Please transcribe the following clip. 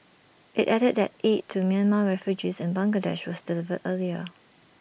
IT added that aid to Myanmar refugees in Bangladesh was delivered earlier